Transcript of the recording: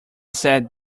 said